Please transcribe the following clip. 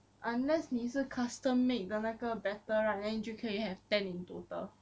unless 你是 custom made 的那个 battle right then 你就可以 you have ten in total